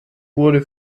wurde